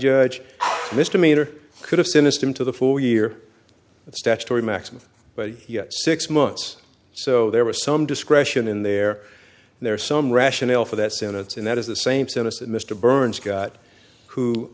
judge misdemeanor could have finished him to the four year statutory maximum but yes six months so there was some discretion in there and there's some rationale for that sentence and that is the same sentence and mr burns got who